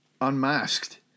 Unmasked